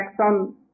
on